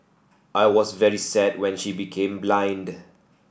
I was very sad when she became blind